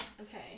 Okay